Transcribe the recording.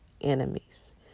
enemies